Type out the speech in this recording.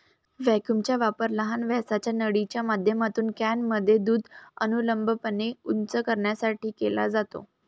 व्हॅक्यूमचा वापर लहान व्यासाच्या नळीच्या माध्यमातून कॅनमध्ये दूध अनुलंबपणे उंच करण्यासाठी केला जातो